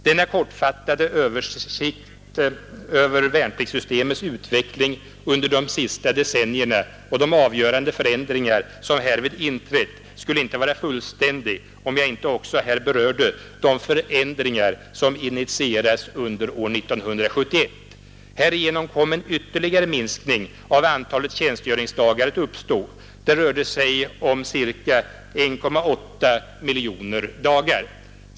Denna kortfattade översikt över värnpliktssystemets utveckling under de senaste decennierna och de avgörande förändringar som därvid inträtt skulle inte vara fullständig om jag inte också berörde de förändringar som initierats under 1971. Härigenom kommer en ytterligare minskning av antalet tjänstgöringsdagar att uppstå — det rör sig om ca 1,8 miljoner dagar.